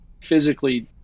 physically